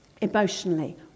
emotionally